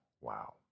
Wow